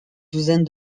douzaine